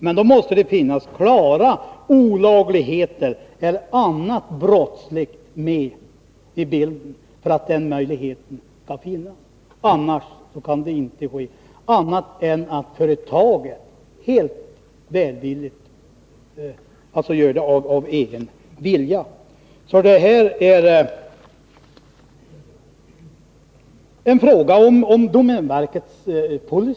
Men för att man skall ha den möjligheten måste det finnas med i bilden klara olagligheter eller annat brottsligt. I annat fall kan detta inte ske, såvida inte företagen gör det av egen vilja. Det här är alltså en fråga om domänverkets policy.